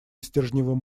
стержневым